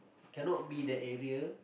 cannot be that area